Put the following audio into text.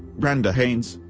brenda haynes,